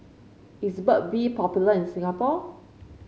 is Burt bee popular in Singapore